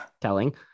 telling